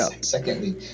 secondly